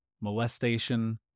molestation